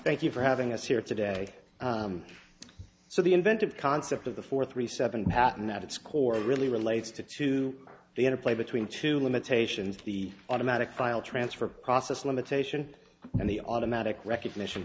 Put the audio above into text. thank you for having us here today so the inventive concept of the four three seven hatten at its core really relates to to the interplay between two limitations to the automatic file transfer process limitation and the automatic recognition